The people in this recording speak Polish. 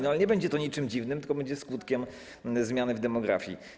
Nie będzie to niczym dziwnym, tylko będzie skutkiem zmiany w demografii.